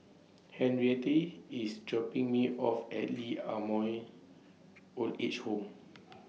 Henriette IS dropping Me off At Lee Ah Mooi Old Age Home